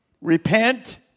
Repent